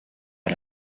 est